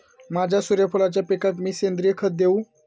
माझ्या सूर्यफुलाच्या पिकाक मी सेंद्रिय खत देवू?